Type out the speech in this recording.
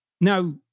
Now